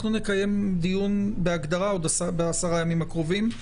אנחנו נקיים דיון בהגדרה בעשרה הימים הקרובים.